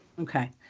Okay